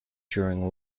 during